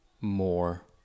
more